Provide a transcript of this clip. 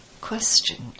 Question